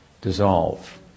dissolve